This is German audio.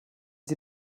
sie